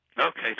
Okay